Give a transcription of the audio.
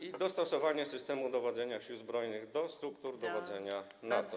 i dostosowanie systemu dowodzenia Sił Zbrojnych do struktur dowodzenia NATO.